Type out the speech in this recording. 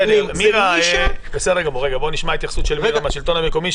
נשמע התייחסות של מירה מהשלטון המקומי,